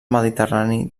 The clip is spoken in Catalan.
mediterrani